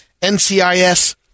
NCIS